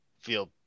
feel